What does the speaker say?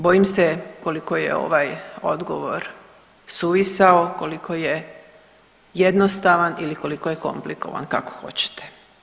Bojim se koliko je ovaj odgovor suvisao, koliko je jednostavan ili koliko je komplikovan, kako hoćete.